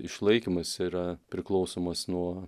išlaikymas yra priklausomas nuo